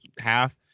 half